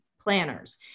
planners